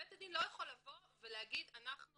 בית הדין לא יכול לבוא ולהגיד "אנחנו